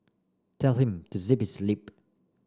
tell him to zip his lip